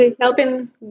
helping